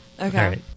Okay